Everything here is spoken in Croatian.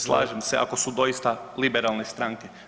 Slažem se, ako su doista liberalne stranke.